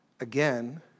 Again